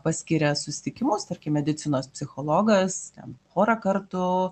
paskiria susitikimus tarkim medicinos psichologas ten porą kartų